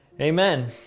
Amen